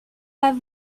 pas